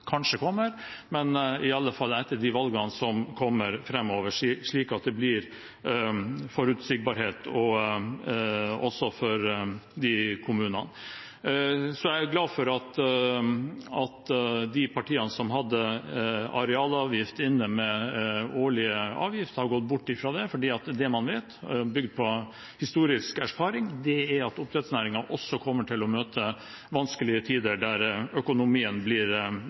kanskje kommer i framtiden, og i alle fall etter de valgene som kommer framover, slik at det blir forutsigbarhet for disse kommunene. Så jeg er glad for at de partiene som hadde arealavgift med årlig avgift inne i merknadene, har gått bort fra det, for det man vet – bygd på historisk erfaring – er at også oppdrettsnæringen kommer til å møte vanskelige tider, der økonomien blir